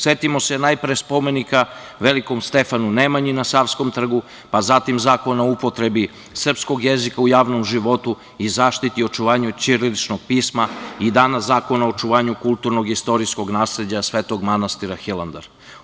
Setimo se najpre spomenika velikom Stefanu Nemanji na Savskom trgu, pa zatim Zakona o upotrebi srpskog jezika u javnom životu i zaštiti i očuvanju ćiriličnog pisma i danas Zakona o očuvanju kulturno-istorijskog nasleđa Svetog manastira Hilandar.